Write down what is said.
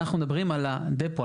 אנחנו מדברים על הדפו,